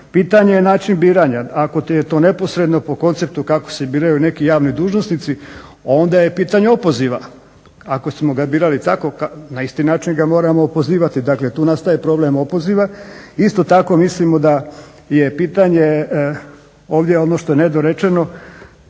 Pitanje je način biranja. Ako je to neposredno po konceptu kako se biraju neki javni dužnosnici onda je pitanje opoziva. Ako smo ga birali tako na isti način ga moramo opozivati, dakle tu nastaje problem opoziva. Isto tako mislimo da je pitanje ovdje ono što je nedorečeno